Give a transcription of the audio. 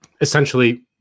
essentially